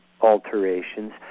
alterations